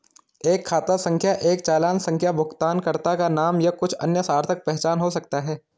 एक खाता संख्या एक चालान संख्या भुगतानकर्ता का नाम या कुछ अन्य सार्थक पहचान हो सकता है